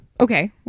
Okay